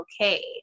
okay